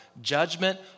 judgment